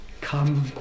Come